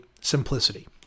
simplicity